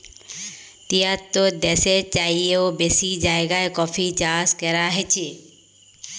তিয়াত্তর দ্যাশের চাইয়েও বেশি জায়গায় কফি চাষ ক্যরা হছে